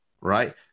right